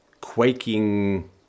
quaking